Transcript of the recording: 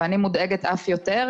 ואני מודאגת אף יותר,